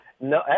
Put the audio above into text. No